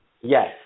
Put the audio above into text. Yes